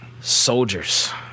soldiers